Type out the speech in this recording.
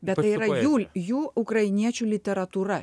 bet tai yra jų jų ukrainiečių literatūra